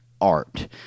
art